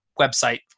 website